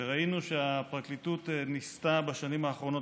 ראינו שהפרקליטות ניסתה בשנים האחרונות